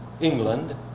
England